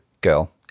girl